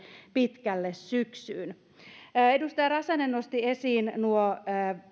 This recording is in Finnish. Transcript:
pitkälle sinne syksyyn edustaja räsänen nosti esiin nuo